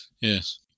Yes